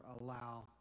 allow